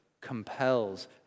compels